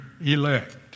elect